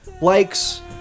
likes